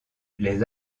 les